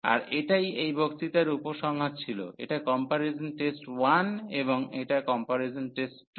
আর এটাই এই বক্তৃতার উপসংহার ছিল এটা কম্পারিজন টেস্ট 1 এবং এটা কম্পারিজন টেস্ট 2